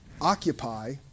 occupy